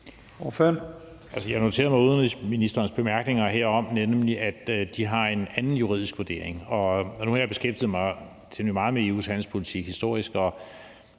jeg noterede mig udenrigsministerens bemærkninger herom, nemlig at de har en anden juridisk vurdering. Nu har jeg beskæftiget mig temmelig meget med EU's handelspolitik historisk, og